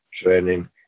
training